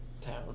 town